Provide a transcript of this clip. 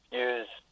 use